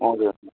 हजुर